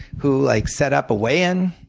who like set up a weigh-in.